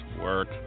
work